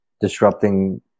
disrupting